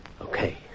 okay